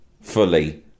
fully